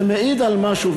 זה מעיד על משהו,